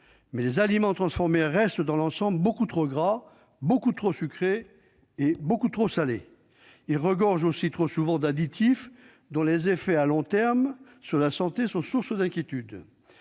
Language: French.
Mais les aliments transformés restent dans l'ensemble beaucoup trop gras, beaucoup trop sucrés et beaucoup trop salés. Ils regorgent aussi trop souvent d'additifs dont les effets de long terme sur la santé sont source d'inquiétudes.